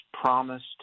promised